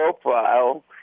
profile